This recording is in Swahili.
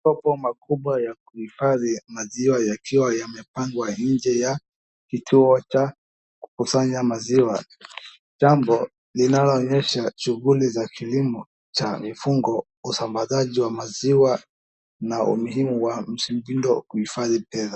Makopo makubwa ya kuhifadhi maziwa yakiwa yamepangwa nje ya kituo cha kukusanya maziwa. Jambo linalo onyesha shughuli za kilimo cha mifugo, usambazji wa maziwa na umuhimu wa ...